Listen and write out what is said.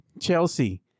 Chelsea